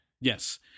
Yes